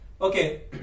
Okay